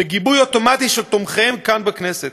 בגיבוי אוטומטי של תומכיהם כאן בכנסת.